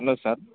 hello sir